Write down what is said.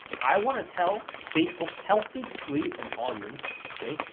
i wanna tell facebook help me create an audience, okay,